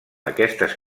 aquestes